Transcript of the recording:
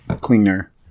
cleaner